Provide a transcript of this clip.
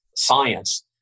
Science